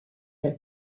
del